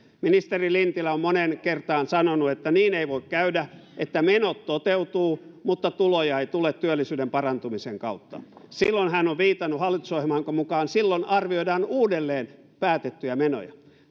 ministeri lintilä on moneen kertaan sanonut että niin ei voi käydä että menot toteutuvat mutta tuloja ei tule työllisyyden parantumisen kautta silloin hän on viitannut hallitusohjelmaan jonka mukaan silloin arvioidaan uudelleen päätettyjä menoja